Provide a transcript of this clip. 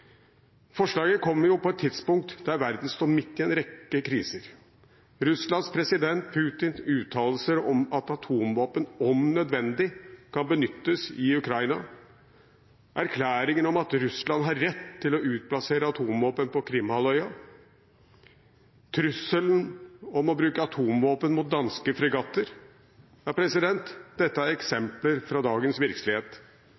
Forslaget kommer på et tidspunkt da verden står midt i en rekke kriser. Russlands president Putins uttalelser om at atomvåpen om nødvendig kan benyttes i Ukraina, erklæringen om at Russland har rett til å utplassere atomvåpen på Krimhalvøya, trusselen om å bruke atomvåpen mot danske fregatter – dette er eksempler fra dagens virkelighet.